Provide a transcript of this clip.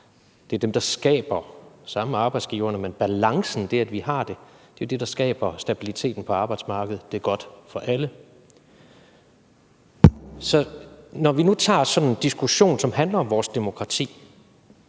Det er dem, der sammen med arbejdsgiverne skaber balancen, altså det, at vi har den, skaber stabiliteten på arbejdsmarkedet – det er godt for alle. Så når vi nu tager sådan en diskussion, som handler om vores demokrati,